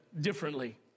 differently